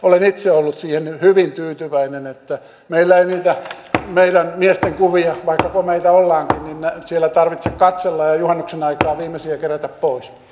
olen itse ollut siihen hyvin tyytyväinen että meillä ei niitä meidän miestemme kuvia vaikka komeita olemmekin siellä tarvitse katsella ja juhannuksen aikaan viimeisiä kerätä pois